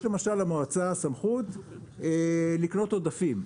יש למשל למועצה סמכות לקנות עודפים,